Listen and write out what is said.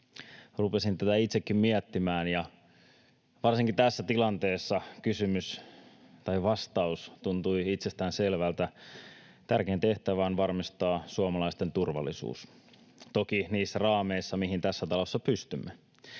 Rupesin tätä itsekin miettimään, ja varsinkin tässä tilanteessa kysymys tai vastaus tuntui itsestäänselvältä. Tärkein tehtävä on varmistaa suomalaisten turvallisuus, toki niissä raameissa, mihin tässä talossa pystymme,